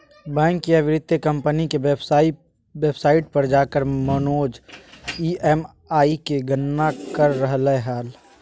bank या वित्तीय company के वेबसाइट पर जाकर मनोज ई.एम.आई के गणना कर रहलय हल